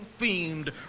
themed